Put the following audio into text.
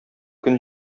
көн